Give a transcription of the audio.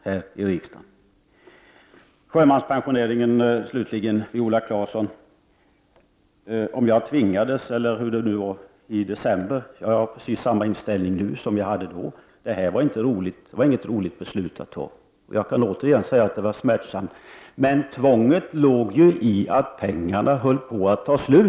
Jag vill slutligen säga några ord till Viola Claesson om sjukpensioneringen. Viola Claesson undrade om jag tvingades eller inte i december. Min inställning är precis densamma nu som den var då. De här var inget roligt beslut att fatta. Jag kan återigen säga att det var smärtsamt för mig. Men tvånget låg i att pengarna höll på att ta slut.